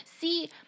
See